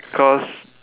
because